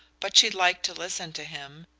but she liked to listen to him,